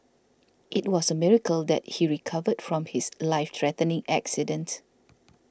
it was a miracle that he recovered from his life threatening accident